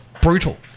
brutal